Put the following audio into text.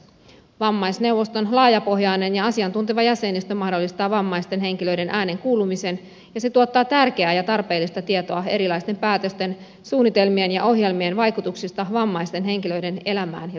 vammaisneuvoston laajapohjainen ja asiantunteva jäsenistö mahdollistaa vammaisten henkilöiden äänen kuulumisen ja se tuottaa tärkeää ja tarpeellista tietoa erilaisten päätösten suunnitelmien ja ohjelmien vaikutuksista vammaisten henkilöiden elämään ja suoriutumiseen